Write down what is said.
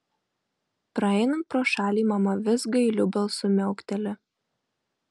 praeinant pro šalį mama vis gailiu balsu miaukteli